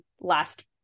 last